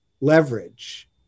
leverage